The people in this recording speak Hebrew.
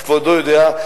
אז כבודו יודע,